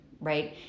right